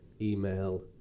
email